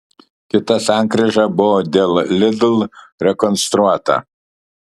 kita sankryža buvo dėl lidl rekonstruota